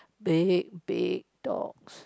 big big dogs